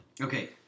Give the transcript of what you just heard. Okay